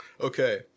Okay